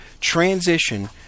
transition